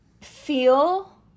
feel